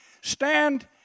stand